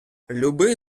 люби